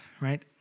right